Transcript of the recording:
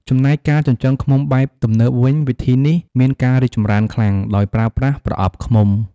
ចំណែកការចិញ្ចឹមឃ្មុំបែបទំនើបវិញ វិធីនេះមានការរីកចម្រើនខ្លាំង ដោយប្រើប្រាស់ប្រអប់ឃ្មុំ។